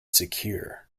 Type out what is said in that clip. secure